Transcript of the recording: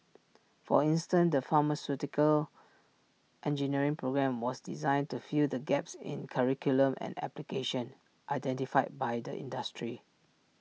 for instance the pharmaceutical engineering programme was designed to fill the gaps in curriculum and application identified by the industry